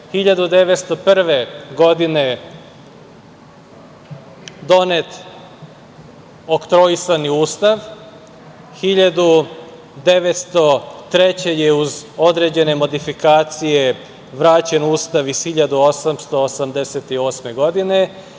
1901. godine donet Oktroisani ustav, 1903. godine je uz određene modifikacije vraćen Ustav iz 1888. godine